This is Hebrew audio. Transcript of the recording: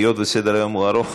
היות שסדר-היום הוא ארוך,